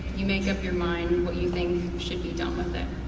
you make up your mind what you think should be done with it.